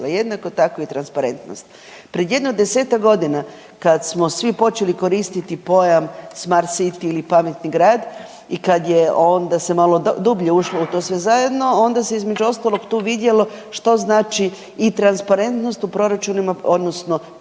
jednako tako i transparentnost. Pred jedno desetak godina kad smo svi počeli koristiti pojam smart city ili pametni grad i kad je onda se malo dublje ušlo u to sve zajedno, onda se, između ostalog, tu vidjelo, što znači i transparentnost u proračunima, odnosno